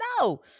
No